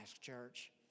church